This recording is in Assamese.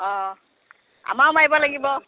অঁ আমাৰো মাৰিব লাগিব